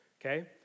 okay